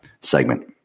segment